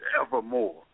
evermore